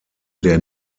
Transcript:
der